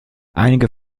einige